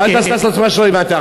אל תעשה את עצמך שלא הבנת.